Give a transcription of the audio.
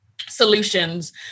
solutions